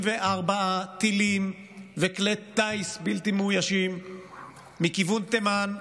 טילים וכלי טיס בלתי מאוישים מכיוון תימן,